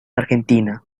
argentina